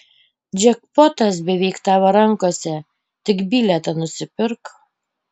džekpotas beveik tavo rankose tik bilietą nusipirk